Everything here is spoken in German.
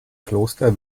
kloster